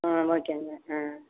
ஆ ஓகேங்க ஆ